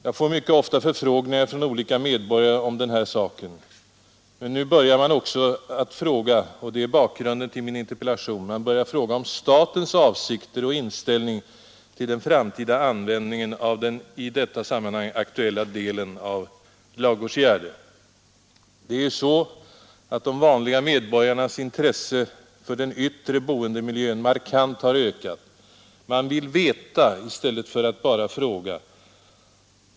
Jag får mycket ofta förfrågningar från olika medborgare om den här saken . Men nu börjar man också att fråga — och det är bakgrunden till min interpellation — om statens avsikter och inställning till den framtida användningen av den i detta sammanhang aktuella delen av Ladugårdsgärde. Det är ju så att de vanliga medborgarnas intresse för den yttre boendemiljön markant har ökat. Man vill veta i stället för att bara fråga.